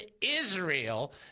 Israel